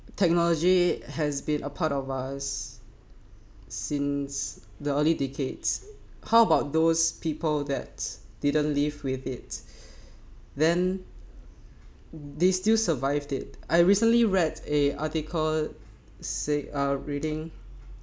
technology has been a part of us since the early decades how about those people that didn't live with it then they still survived it I recently read a article say are reading